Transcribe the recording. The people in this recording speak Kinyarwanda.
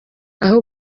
aho